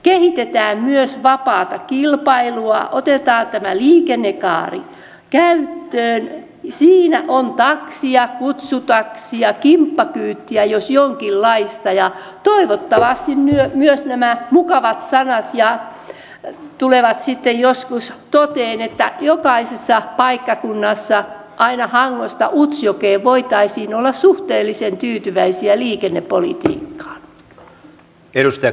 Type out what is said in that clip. kehitetään myös vapaata kilpailua otetaan tämä liikennekaari käyttöön siinä on taksia kutsutaksia kimppakyytiä jos jonkinlaista ja toivottavasti myös nämä mukavat sanat tulevat sitten joskus toteen että jokaisella paikkakunnalla aina hangosta utsjoelle voitaisiin olla suhteellisen tyytyväisiä liikennepolitiikkaan